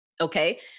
Okay